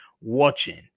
watching